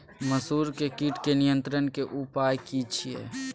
मसूर के कीट के नियंत्रण के उपाय की छिये?